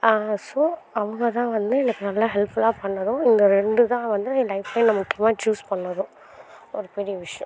so அவங்க தான் வந்து எனக்கு நல்ல ஹெல்ப்ஃபுல்லாக பண்ணணும் இந்த ரெண்டு தான் வந்து என் லைஃப்லையே நான் முக்கியமா சூஸ் பண்ணதும் ஒரு பெரிய விஷயம்